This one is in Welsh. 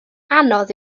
anodd